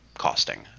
costing